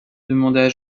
demanda